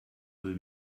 will